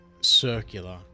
circular